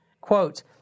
Quote